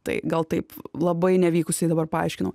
tai gal taip labai nevykusiai dabar paaiškinau